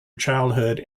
childhood